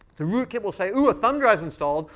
the rootkit will say, oh, a thumb drive's installed.